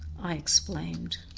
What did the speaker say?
i exclaimed.